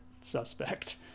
suspect